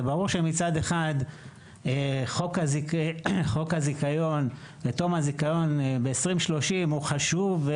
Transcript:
זה ברור שמצד אחד חוק הזיכיון ותום הזיכיון ב-2030 הוא חשוב.